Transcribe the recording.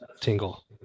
tingle